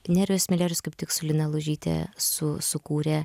nerijus mileris kaip tik su lina lužytė su sukūrė